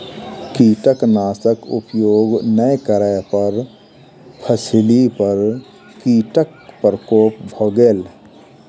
कीटनाशक उपयोग नै करै पर फसिली पर कीटक प्रकोप भ गेल